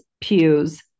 pews